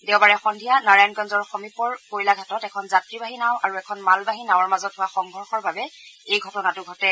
দেওবাৰে সন্ধিয়া নাৰায়ণগঞ্জৰ সমীপৰ কয়লাঘাটত এখন যাত্ৰীবাহী নাও আৰু এখন মালবাহী নাওৰ মাজত হোৱা সংঘৰ্ষৰ বাবে এই ঘটনাটো ঘটে